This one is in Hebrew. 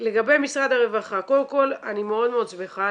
לגבי משרד הרווחה קודם כל אני מאוד מאוד שמחה,